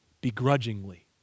begrudgingly